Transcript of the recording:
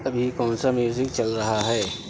ابھی کون سا میوزک چل رہا ہے